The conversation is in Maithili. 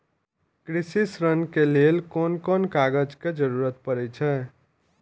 कृषि ऋण के लेल कोन कोन कागज के जरुरत परे छै?